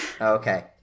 Okay